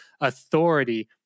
authority